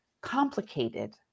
complicated